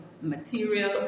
material